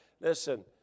Listen